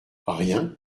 rien